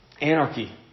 anarchy